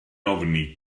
ofni